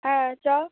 হ্যাঁ চ